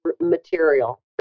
material